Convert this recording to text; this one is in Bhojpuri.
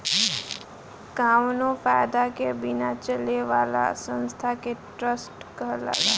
कावनो फायदा के बिना चले वाला संस्था के ट्रस्ट कहाला